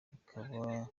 ikaba